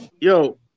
Yo